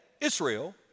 Israel